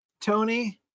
Tony